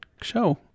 show